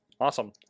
awesome